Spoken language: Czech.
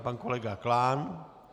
Pan kolega Klán.